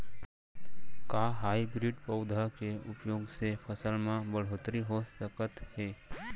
का हाइब्रिड पौधा के उपयोग से फसल म बढ़होत्तरी हो सकत हे?